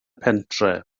pentref